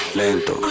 lento